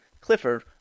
clifford